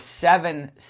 seven